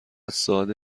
ساده